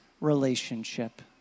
relationship